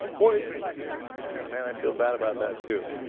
or is he like, i mean i feel bad about that too.